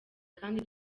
kandi